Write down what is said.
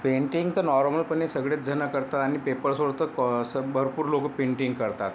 painting तर नॉर्मलपणे सगळेच जण करतात आणि पेपर सोडतात कॉ असं भरपूर लोक पेंटिंग करतात